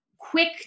quick